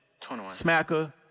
smacker